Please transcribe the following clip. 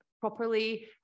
properly